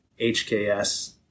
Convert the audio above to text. HKS